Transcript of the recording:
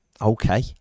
Okay